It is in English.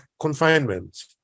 confinement